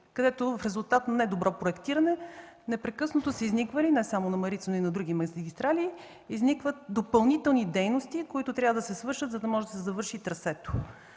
където в резултат на недобро проектиране непрекъснато са изниквали – не само там, но и на други магистрали, допълнителни дейности, които трябва да се свършат, за да може да се завърши трасето.